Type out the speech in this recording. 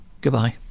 Goodbye